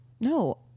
No